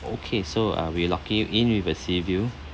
okay so uh we'll lock you in with a sea view